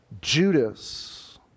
Judas